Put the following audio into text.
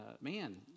man